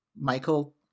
Michael